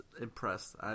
impressed